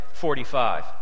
45